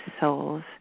souls